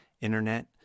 internet